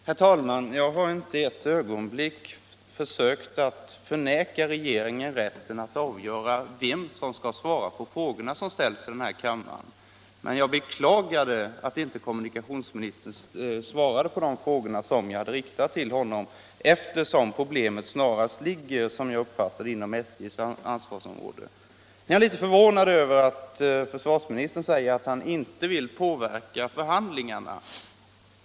Herr talman! Jag har inte ett ögonblick sökt förvägra regeringen rätten att avgöra vem som skall svara på frågor som ställs i denna kammare. Men eftersom problemet snarast ligger inom SJ:s ansvarsområde, be 21 klagade jag att kommunikationsministern inte svarade på de frågor som jag hade riktat till honom. Jag är litet förvånad över att försvarsministern säger att han inte ville påverka förhandlingarna.